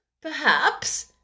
perhaps